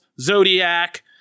zodiac